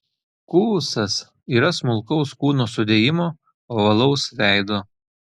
kuusas yra smulkaus kūno sudėjimo ovalaus veido